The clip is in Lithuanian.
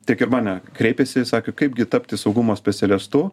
tiek ir mane kreipėsi sakė kaipgi tapti saugumo specialistu